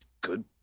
good